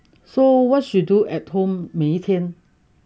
so what she do at home 每天